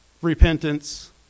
Repentance